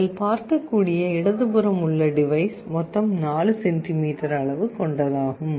நீங்கள் பார்க்கக்கூடிய இடதுபுறம் உள்ள டிவைஸ் மொத்தம் 4 சென்டிமீட்டர் அளவு கொண்டதாகும்